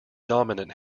dominant